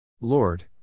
Lord